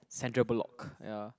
Sandra Bullock ya